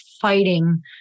fighting